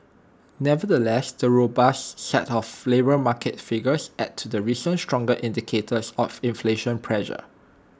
nevertheless the robust set of labour market figures adds to recent stronger indicators of inflation pressure